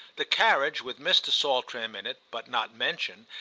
the carriage, with mr. saltram in it but not mentioned,